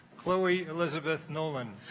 chloe elizabeth nolan